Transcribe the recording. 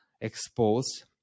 exposed